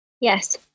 Yes